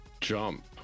jump